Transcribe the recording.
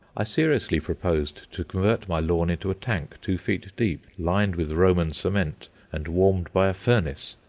i seriously proposed to convert my lawn into a tank two feet deep lined with roman cement and warmed by a furnace,